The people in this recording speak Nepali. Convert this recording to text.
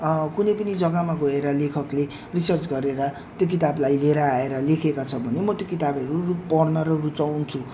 कुनै पनि जग्गामा गएर लेखकले रिसर्च गरेर त्यो किताबलाई लिएर आएर लेखेका छ भने म त्यो किताबहरू पढ्न रुचाउँछु